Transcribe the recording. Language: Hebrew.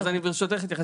אז אני ברשותך אתייחס.